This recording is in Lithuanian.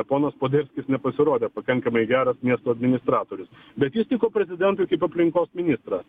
ponas poderskis nepasirodė pakankamai geras miesto administratorius bet jis tiko prezidentui kaip aplinkos ministras